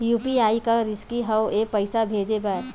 UPI का रिसकी हंव ए पईसा भेजे बर?